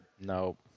Nope